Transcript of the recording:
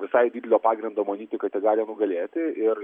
visai didelio pagrindo manyti kad jie gali nugalėti ir